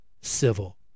civil